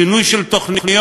שינוי של תוכניות